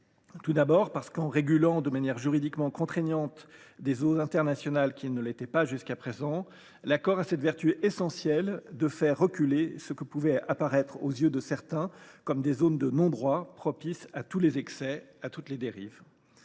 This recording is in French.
même d’historique. En régulant de manière juridiquement contraignante des eaux internationales qui ne l’étaient pas jusqu’à présent, l’accord a cette vertu essentielle de faire reculer ce qui pouvait apparaître aux yeux de certains comme des zones de non droit, propices à tous les excès et à toutes les dérives.